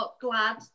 glad